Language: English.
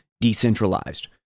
decentralized